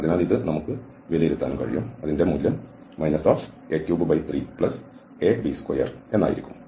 അതിനാൽ ഇത് നമുക്ക് വിലയിരുത്താനും കഴിയും മൂല്യം a33ab2 ആയിരിക്കും